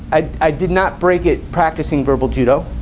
ah i did not break it practicing verbal judo,